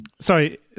Sorry